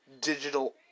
digital